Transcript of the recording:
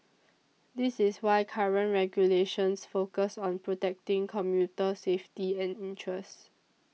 this is why current regulations focus on protecting commuter safety and interests